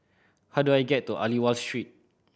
how do I get to Aliwal Street